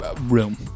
room